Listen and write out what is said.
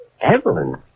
Evelyn